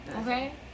Okay